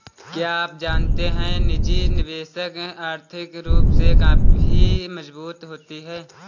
क्या आप जानते है निजी निवेशक आर्थिक रूप से काफी मजबूत होते है?